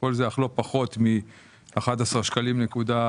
כל זה אך לא פחות מ-11.12 שקלים למיליליטר.